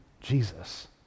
Jesus